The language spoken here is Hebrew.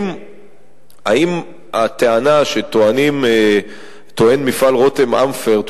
האם הטענה שטוען מפעל "רותם אמפרט"